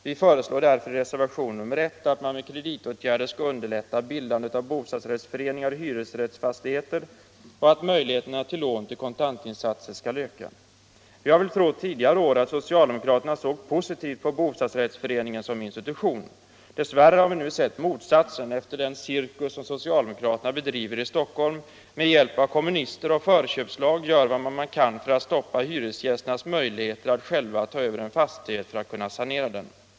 Vi föreslår därför i reservationen 1 att man med kreditåtgärder skall underlätta bildandet av bostadsrättsföreningar i hyresrättsfastigheter och att möjligheter till lån till kontantinsatser skall öka. Vi har väl trott tidigare år att socialdemokraterna såg positivt på bostadsrättsföreningen som institution. Dess värre har vi nu sett motsatsen efter den cirkus som socialdemokraterna bedriver i Stockholm. Med hjälp av kommunister och förköpslag gör de vad de kan för att stoppa hyresgästernas möjligheter att själva ta över en fastighet för att kunna sanera den.